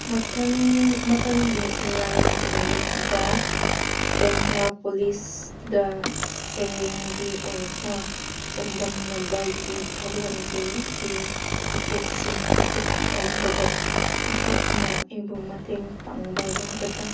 ꯃꯊꯪ ꯃꯊꯪꯒꯤ ꯏꯔꯥꯏ ꯅꯨꯃꯤꯠꯇ ꯇꯦꯟꯊꯥ ꯄꯣꯂꯤꯁꯇ ꯁꯩꯔꯦꯡꯒꯤ ꯑꯣꯏꯕ ꯆꯥꯡꯗꯝꯅꯕꯒꯤ ꯊꯧꯔꯝꯒꯤ ꯀꯤ ꯇꯤꯛꯀꯦꯠꯁꯤꯡ ꯕꯨꯛ ꯇꯧꯕꯗ ꯅꯍꯥꯛꯅ ꯑꯩꯕꯨ ꯃꯇꯦꯡ ꯄꯥꯡꯕ ꯌꯥꯒꯗ꯭ꯔꯥ